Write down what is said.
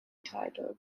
title